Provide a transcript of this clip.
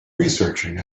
researching